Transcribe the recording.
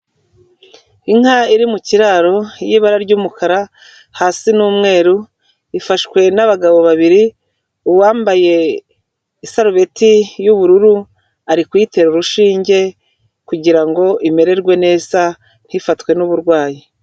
Inka iri mu kiraro y'ibara ry'umukara hasi ni umweru, ifashwe n'abagabo babiri uwambaye isarubeti y'ubururu ari kuyitera urushinge kugira ngo imererwe neza ntifatwe n'uburwayi.